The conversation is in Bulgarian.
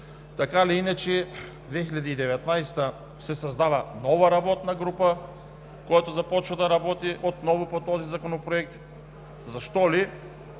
Така или иначе, през 2019 г. се създава работна група, която започва да работи отново по този законопроект. Защо ли?